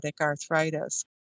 arthritis